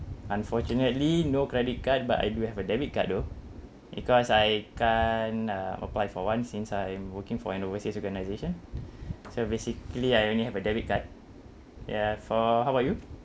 unfortunately no credit card but I do have a debit card though because I can't uh apply for one since I'm working for an overseas organisation so basically I only have a debit card ya so how about you